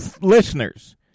listeners